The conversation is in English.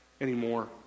anymore